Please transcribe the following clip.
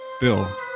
Bill